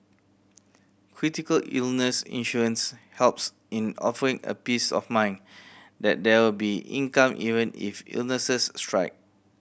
critical illness insurance helps in offering a peace of mind that there will be income even if illnesses strike